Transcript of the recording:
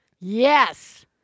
Yes